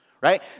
Right